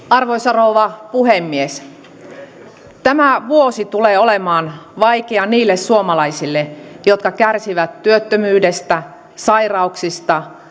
arvoisa rouva puhemies tämä vuosi tulee olemaan vaikea niille suomalaisille jotka kärsivät työttömyydestä sairauksista